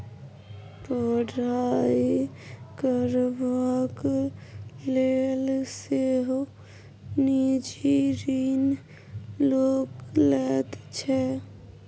पढ़ाई करबाक लेल सेहो निजी ऋण लोक लैत छै